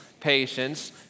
patience